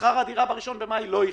שכר הדירה גם לא יחכה,